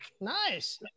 nice